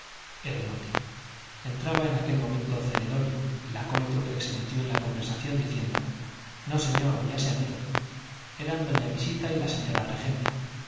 era inútil entraba en aquel momento celedonio el acólito que se metió en la conversación diciendo no señor ya se han ido eran doña visita y la señora regenta